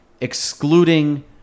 excluding